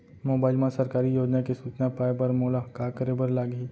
mobile मा सरकारी योजना के सूचना पाए बर मोला का करे बर लागही